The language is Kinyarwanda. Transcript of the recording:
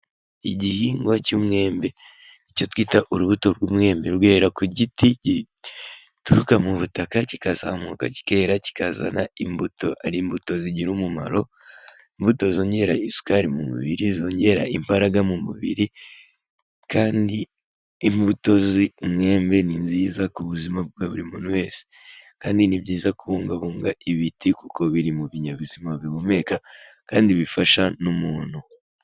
Igihingwa cy'umwembe, icyo twita urubuto rw'umwembe, rwera ku giti gituruka mu butaka kikazamuka kikera kikazana imbuto, ari imbuto zigira umumaro. Imbuto zongera isukari mu mubiri, zongera imbaraga mu mubiri, kandi imbuto z'imwembe ni nziza ku buzima bwa buri muntu wese. Kandi ni byiza kubungabunga ibiti kuko biri mu binyabuzima bihumeka, kandi bifasha n'umuntu.